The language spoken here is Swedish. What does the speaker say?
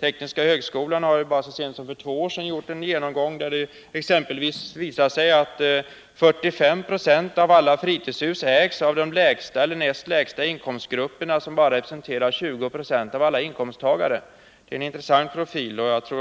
Tekniska högskolan gjorde så sent som för två år sedan en genomgång, varvid det exempelvis visade sig att 45 96 av alla fritidshus ägs av de lägsta eller näst lägsta inkomstgrupperna, som bara representerar 20 20 av alla inkomsttagare. Det är en intressant profil och